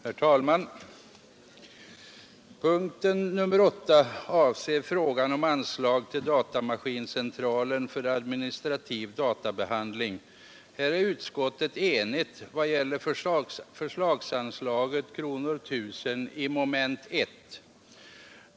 Herr talman! Punkten 8 avser frågan om anslag till datamaskincentralen för administrativ databehandling. Här är utskottet enigt i vad gäller förslagsanslaget, 1 000 kronor, i moment 1.